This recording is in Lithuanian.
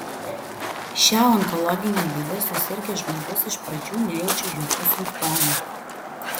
šia onkologine liga susirgęs žmogus iš pradžių nejaučia jokių simptomų